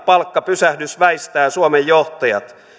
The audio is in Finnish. palkkapysähdys väistää suomen johtajat